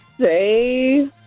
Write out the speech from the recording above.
say